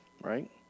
right